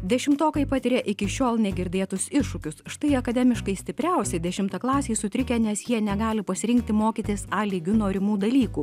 dešimtokai patiria iki šiol negirdėtus iššūkius štai akademiškai stipriausi dešimtaklasiai sutrikę nes jie negali pasirinkti mokytis a lygiu norimų dalykų